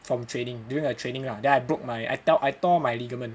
from training during a training lah then I broke my I tore I tore my ligament